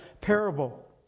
parable